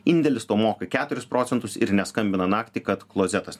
indėlis tau moka keturis procentus ir neskambina naktį kad klozetas